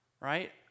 right